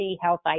Health